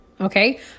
Okay